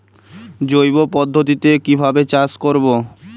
জৈব পদ্ধতিতে কিভাবে চাষ করব?